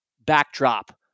backdrop